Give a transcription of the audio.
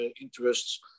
interests